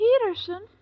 Peterson